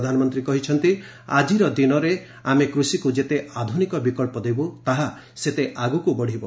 ପ୍ରଧାନମନ୍ତ୍ରୀ କହିଛନ୍ତି ଆକ୍ଟିର ଦିନରେ ଆମେ କୃଷିକୁ ଯେତେ ଆଧୁନିକ ବିକଳ୍ପ ଦେବୁ ତାହା ସେତେ ଆଗକୁ ବଢିବ